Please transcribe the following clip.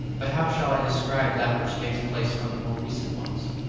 but how shall i describe that which takes place from the more recent ones?